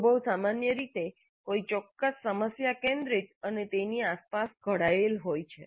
અનુભવ સામાન્ય રીતે કોઈ ચોક્કસ સમસ્યા કેન્દ્રિત અને તેની આસપાસ ઘડયેલ હોય છે